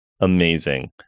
Amazing